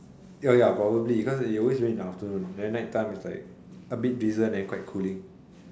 ya ya probably because it always rain in the afternoon then night time a bit drizzle then quite cooling